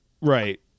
Right